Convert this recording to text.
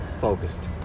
focused